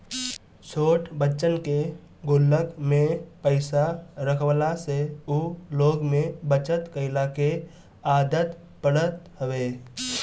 छोट बच्चन के गुल्लक में पईसा रखवला से उ लोग में बचत कइला के आदत पड़त हवे